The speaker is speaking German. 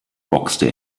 boxte